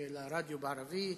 ולרדיו בערבית.